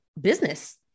business